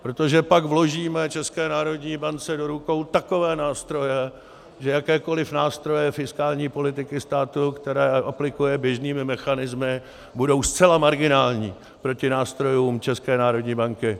Protože pak vložíme České národní bance do rukou takové nástroje, že jakékoliv nástroje fiskální politiky státu, které aplikuje běžnými mechanismy, budou zcela marginální proti nástrojům České národní banky.